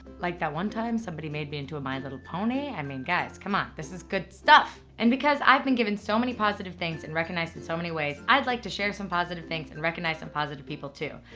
like that one time somebody made me into a my little pony, i mean, guys come on, this is good stuff. and because, i've been given so many positive things and recognized in so many ways, i'd like to share some positive things and recognize some positive people too.